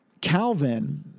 Calvin